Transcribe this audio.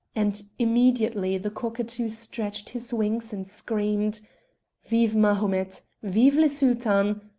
and immediately the cockatoo stretched his wings and screamed vive mahomet! vive le sultan!